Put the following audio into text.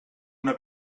una